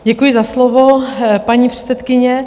Děkuji za slovo, paní předsedkyně.